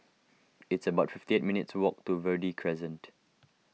it's about fifty eight minutes' walk to Verde Crescent